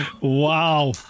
wow